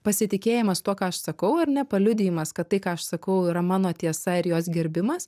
pasitikėjimas tuo ką aš sakau ar ne paliudijimas kad tai ką aš sakau yra mano tiesa ir jos gerbimas